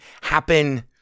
happen